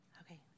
Okay